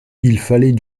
fallait